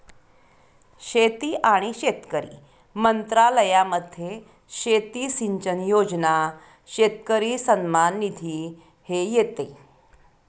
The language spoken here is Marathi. शेती आणि शेतकरी मंत्रालयामध्ये शेती सिंचन योजना, शेतकरी सन्मान निधी हे येते